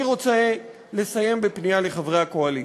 אני רוצה לסיים בפנייה לחברי הקואליציה: